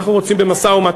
אנחנו רוצים במשא-ומתן.